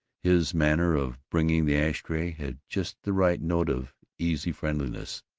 his manner of bringing the ash-tray had just the right note of easy friendliness,